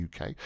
uk